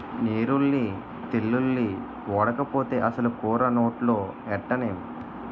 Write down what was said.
నీరుల్లి తెల్లుల్లి ఓడకపోతే అసలు కూర నోట్లో ఎట్టనేం